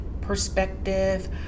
perspective